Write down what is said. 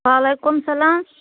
وَعلیکُم سَلام